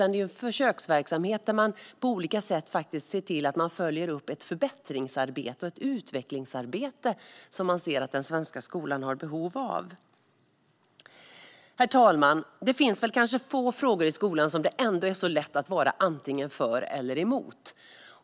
Det är försöksverksamhet där man på olika sätt ska se till att följa upp ett förbättringsarbete och ett utvecklingsarbete som den svenska skolan har behov av. Herr talman! Det finns få frågor i skolan som det är lätt att vara antingen för eller emot.